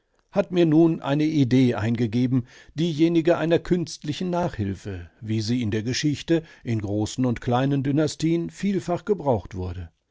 hat mir nun eine idee eingegeben diejenige einer künstlichen nachhilfe wie sie in der geschichte in großen und kleinen dynastien vielfach gebraucht wurde